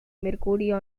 mercurio